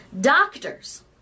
Doctors